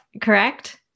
correct